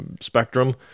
spectrum